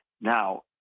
Now